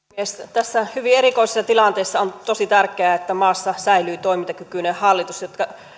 tässä hyvin erikoisessa tilanteessa on tosi tärkeää että maassa säilyy toimintakykyinen hallitus